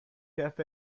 cafe